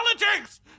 politics